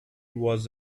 was